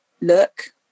look